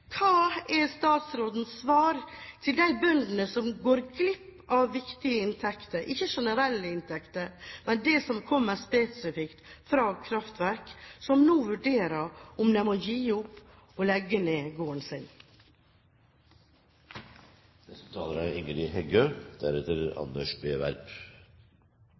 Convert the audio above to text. Hva er statsrådens svar til de bøndene som går glipp av viktige inntekter – ikke generelle inntekter, men de som kommer spesifikt fra kraftverk – og som nå vurderer om de må gi opp, og legge ned gården sin? Landbruk er